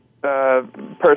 person